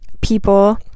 people